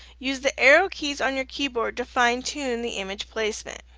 use the arrow keys on your keyboard to fine-tune the image placement.